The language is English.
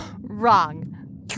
Wrong